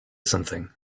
something